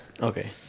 Okay